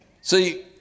See